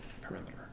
perimeter